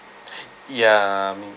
ya